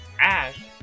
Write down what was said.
Ash